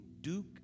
Duke